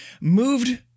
moved